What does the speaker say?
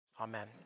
Amen